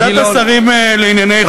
ועדת השרים לענייני חקיקה,